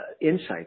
insight